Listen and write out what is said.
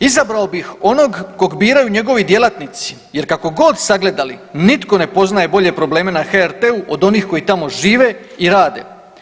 Izabrao bih onog kog biraju njegovi djelatnici jer kako god sagledali nitko ne poznaje bolje probleme na HRT-u od onih koji tamo žive i rade.